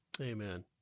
Amen